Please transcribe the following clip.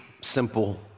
simple